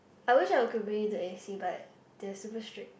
I wish I could you to A_C but they are super strict